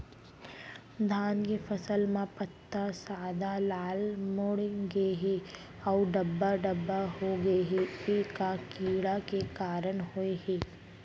धान के फसल म पत्ता सादा, लाल, मुड़ गे हे अऊ धब्बा धब्बा होगे हे, ए का कीड़ा के कारण होय हे?